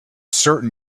certain